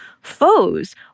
foes